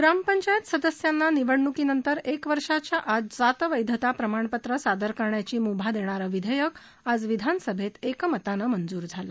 ग्रामपंचायत सदस्यांना निवडणुकीनंतर एका वर्षाच्या आत जात वैधता प्रमाणपत्र सादर करण्याची मुभा देणारं विधेयक आज विधानसभेनं एकमतानं मंजूर झालं